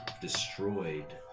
destroyed